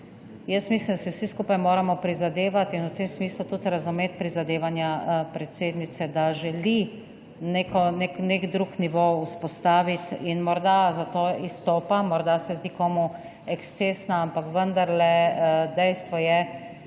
Jaz mislim, da si vsi skupaj moramo prizadevati in v tem smislu tudi razumeti prizadevanja predsednice, da želi vzpostaviti nek drug nivo in morda zato izstopa, morda se zdi komu ekscesna. Ampak vendarle je dejstvo,